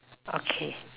okay